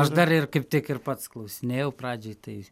aš dar ir kaip tik ir pats klausinėjau pradžioj tai